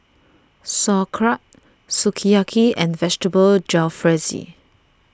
Sauerkraut Sukiyaki and Vegetable Jalfrezi